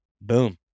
boom